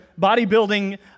bodybuilding